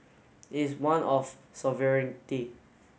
is one of sovereignty